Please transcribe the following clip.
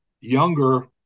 younger